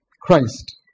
Christ